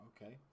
Okay